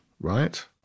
right